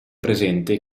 presente